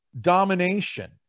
domination